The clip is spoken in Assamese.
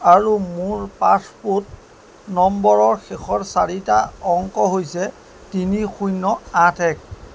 আৰু মোৰ পাছপোৰ্ট নম্বৰৰ শেষৰ চাৰিটা অংক হৈছে তিনি শূন্য আঠ এক